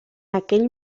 aquell